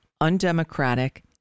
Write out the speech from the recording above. undemocratic